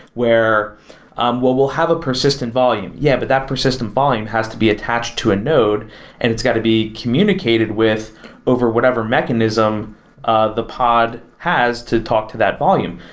where um we'll we'll have a persistent volume. yeah, but that persistent volume has to be attached to a node and it's going to be communicated with over whatever mechanism ah the pod has to talk to that volume.